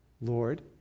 Lord